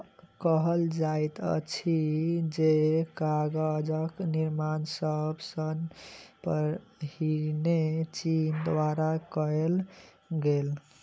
कहल जाइत अछि जे कागजक निर्माण सब सॅ पहिने चीन द्वारा कयल गेल